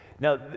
Now